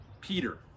Peter